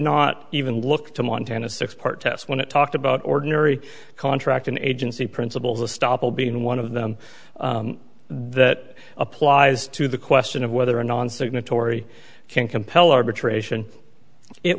not even look to montana six part test when it talked about ordinary contract and agency principles of stoppel being one of them the that applies to the question of whether an on signatory can compel arbitration it